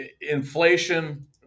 Inflation